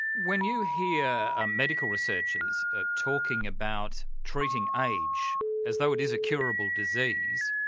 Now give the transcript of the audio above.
when you hear ah medical researchers ah talking about treating age as though it is a curable disease,